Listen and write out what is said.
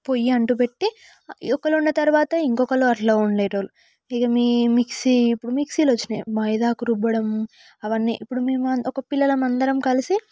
పొయ్యి అంటు పెట్టి ఒకరు వండిన తర్వాత ఇంకొకరు అట్లా వండే వాళ్ళు ఇక మి మిక్సీ ఇప్పుడు మిక్సీలు వచ్చినాయి మెహందాకు రుబ్బడాము అవన్నీ ఇప్పుడు మేము ఒక పిల్లలు అందరం కలిసి